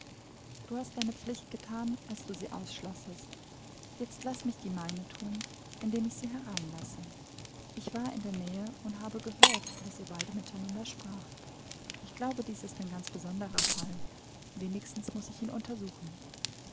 du hast deine pflicht gethan als du sie ausschlossest jetzt laß mich die meine thun indem ich sie hereinlasse ich war in der nähe und habe gehört was ihr beide miteinander spracht ich glaube dies ist ein ganz besonderer fall wenigstens muß ich ihn untersuchen